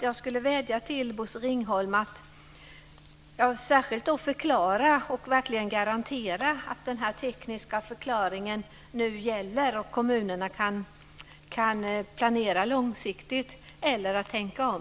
Jag skulle vilja vädja till Bosse Ringholm att särskilt förklara och garantera att den här tekniska förklaringen nu gäller och att kommunerna kan planera långsiktigt eller tänka om.